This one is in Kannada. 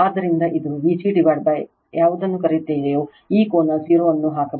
ಆದ್ದರಿಂದ ಇದು vg ಯಾವುದನ್ನು ಕರೆಯುತ್ತೇವೆಯೋ ಈ ಕೋನವನ್ನು 0 ಅನ್ನು ಹಾಕಬಹುದು